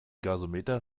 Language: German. gasometer